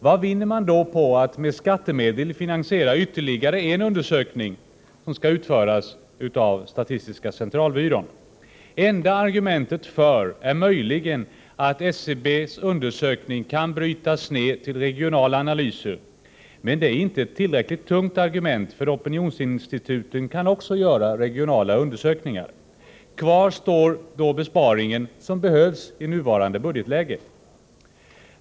Vad vinner man då på att med skattemedel finansiera ytterligare en undersökning som skall utföras av statistiska centralbyrån? Enda argumentet för är möjligen att SCB:s undersökning kan brytas ned till regionala analyser. Men det är inte ett tillräckligt tungt argument. Opinionsinstituten kan också göra regionala undersökningar. Kvar står då besparingen som behövs i nuvarande budgetläge.